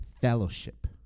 fellowship